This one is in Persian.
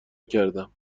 کردم